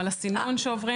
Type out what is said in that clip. שזה מה שעושים חמש אצבעות,